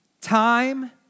Time